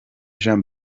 jean